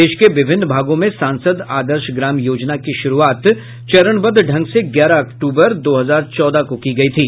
देश के विभिन्न भागों में सांसद आदर्श ग्राम योजना की शुरूआत चरणबद्ध ढंग से ग्यारह अक्टूबर दो हजार चौदह को की गई थी